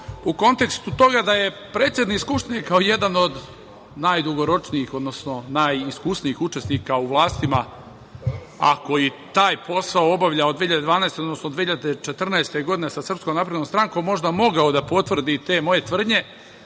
u kontekstu toga da je predsednik Skupštine kao jedan od najdugoročnijih, odnosno najiskusnijih učesnika u vlastima, a koji taj posao obavlja od 2012, odnosno 2014. godine, sa SNS, možda mogao da potvrdi ove moje tvrdnje